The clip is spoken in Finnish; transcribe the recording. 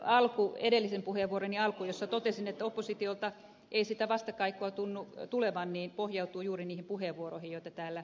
se edellisen puheenvuoroni alku jossa totesin että oppositiolta ei sitä vastakaikua tunnu tulevan pohjautuu juuri niihin puheenvuoroihin joita täällä esitettiin